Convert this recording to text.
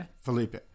Felipe